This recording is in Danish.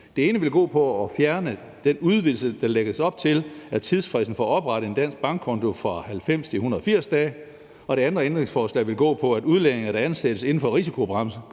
Det ene vil gå på at fjerne den udvidelse, der lægges op til, af tidsfristen for at oprette en dansk bankkonto fra 90 til 180 dage, og det andet ændringsforslag vil gå på, at udlændinge, der ansættes inden for risikobrancher,